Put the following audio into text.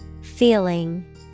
Feeling